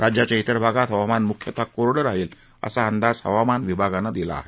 राज्याच्या इतर भागात हवामान म्ख्यतः कोरडं राहील असा अंदाज हवामान विभागानं दिला आहे